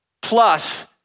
plus